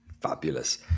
Fabulous